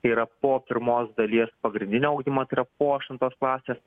yra po pirmos dalies pagrindinio ugdymo tai yra po aštuntos klasės